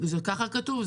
זה ככה כתוב?